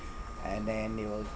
and then they will